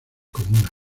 comunas